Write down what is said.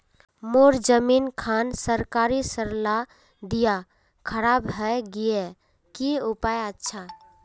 मोर जमीन खान सरकारी सरला दीया खराब है गहिये की उपाय अच्छा?